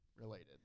related